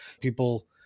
people